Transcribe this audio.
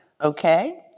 Okay